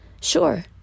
sure